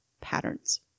patterns